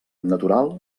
natural